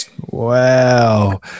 Wow